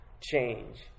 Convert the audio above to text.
change